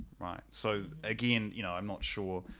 right, so again, you know, i'm not sure